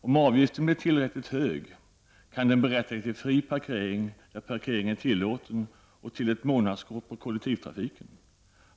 Om avgiften blir tillräckligt hög kan den berättiga till fri parkering där parkering är tillåten och till ett månadskort för resor med kollektivtrafiken.